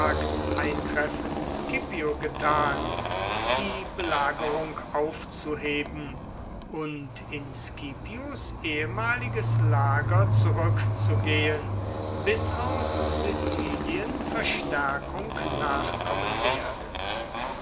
scipio getan die belagerung aufzuheben und in scipios ehemaliges lager zurückzugehen bis aus sizilien verstärkung nachkommen werde